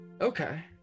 okay